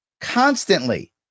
Constantly